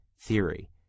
theory